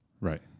Right